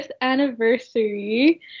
anniversary